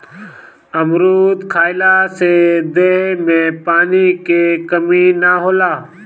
अमरुद खइला से देह में पानी के कमी ना होला